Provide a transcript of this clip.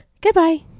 goodbye